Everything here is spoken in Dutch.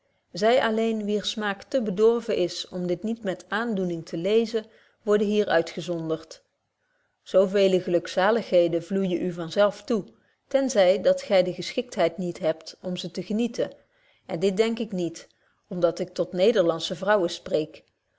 zy alleen wier smaak te bedorven is om dit niet met aandoening te lezen worden hier uitgezonderd zo veele gelukzaligheden vloeijen u van zelf toe ten zy dat gy de geschiktheid niet hebt om ze te genieten en dit denk ik niet om dat ik tot nederlandsche vrouwen spreek